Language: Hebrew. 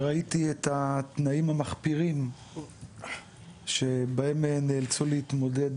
ראיתי את התנאים המחפירים שבהם נאלצו להתמודד